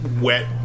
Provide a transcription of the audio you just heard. wet